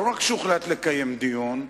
לא רק שהוחלט לקיים דיון,